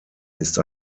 ist